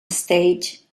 stage